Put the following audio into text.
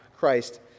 Christ